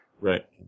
Right